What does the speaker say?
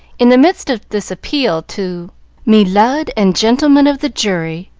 in the midst of this appeal to me lud and gentlemen of the jury,